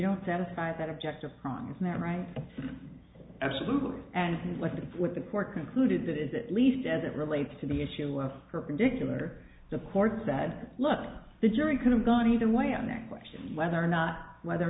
don't satisfy that objective crime isn't that right absolutely and like what the court concluded that is at least as it relates to the issue of perpendicular to courts bad law the jury could have gone either way on that question whether or not whether or